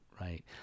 right